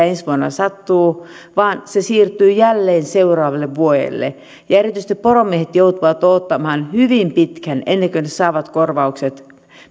ensi vuonna sattuu vaan se siirtyy jälleen seuraavalle vuodelle erityisesti poromiehet joutuvat odottamaan hyvin pitkään ennen kuin he saavat korvaukset